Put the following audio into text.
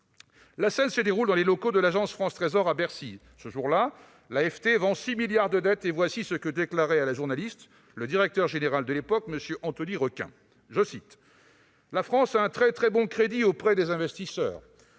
La scène se déroule dans les locaux de l'Agence France Trésor à Bercy. Ce jour-là, l'AFT vend 6 milliards d'euros de dette et voici ce que déclare à la journaliste le directeur général de l'époque, M. Anthony Requin :« La France a un très bon crédit auprès des investisseurs,